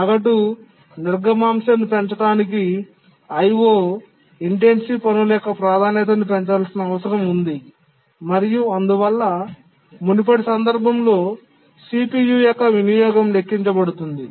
సగటు నిర్గమాంశను పెంచడానికి IO ఇంటెన్సివ్ పనుల యొక్క ప్రాధాన్యతను పెంచాల్సిన అవసరం ఉంది మరియు అందువల్ల మునుపటి సందర్భంలో CPU యొక్క వినియోగం లెక్కించబడుతుంది